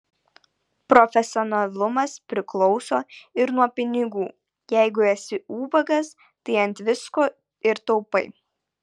profesionalumas priklauso ir nuo pinigų jeigu esi ubagas tai ant visko ir taupai